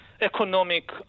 economic